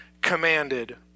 commanded